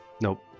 Nope